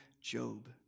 Job